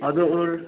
हजुर